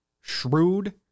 shrewd